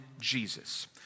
Jesus